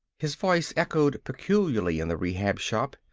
his voice echoed peculiarly in the rehab shop.